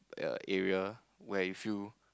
err area where you feel